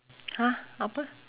!huh! apa